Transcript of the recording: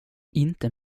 inte